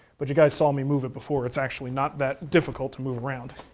but you guys saw me move it before. it's actually not that difficult to move around.